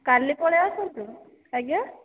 କାଲି ପଳାଇ ଆସନ୍ତୁ ଆଜ୍ଞା